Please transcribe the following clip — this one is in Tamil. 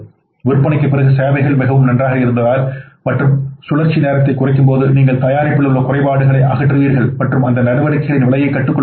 விற்பனைக்குப் பிறகு சேவைகள் மிகவும் நன்றாக இருந்தால் மற்றும் சுழற்சி நேரத்தைக் குறைக்கும்போது நீங்கள் தயாரிப்பில் உள்ள குறைபாடுகளை அகற்றுவீர்கள் மற்றும் அந்த நடவடிக்கைகளின் விலையை கட்டுக்குள் வைத்திருங்கள்